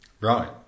right